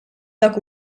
dak